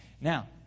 Now